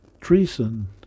treason